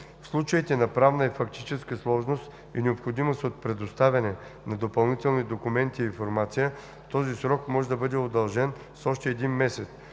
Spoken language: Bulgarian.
„В случаите на правна и фактическа сложност и необходимост от предоставяне на допълнителни документи и информация този срок може да бъде удължен с още един месец.